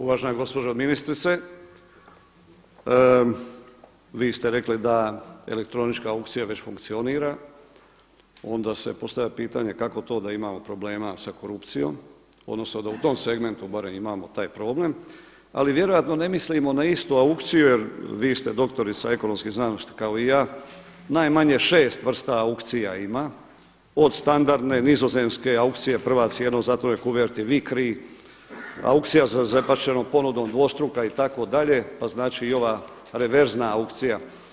Uvažena gospođo ministrice, vi ste rekli da elektronička aukcija već funkcionira, onda se postavlja pitanje kako to da imamo problema sa korupcijom, odnosno da u tom segmentu barem imamo taj problem ali vjerojatno ne mislimo na istu aukciju jer vi ste doktorica ekonomskih znanosti kao i ja, najmanje šest vrsta aukcija ima od standardne, nizozemske, aukcije prva cijena u zatvorenoj koverti Vikri, aukcija sa zabačenom ponudom, dvostruk itd. pa znači i ova reverzna aukcija.